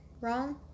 Wrong